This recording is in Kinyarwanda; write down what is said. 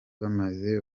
bamaze